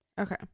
Okay